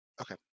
Okay